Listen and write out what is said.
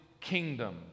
kingdom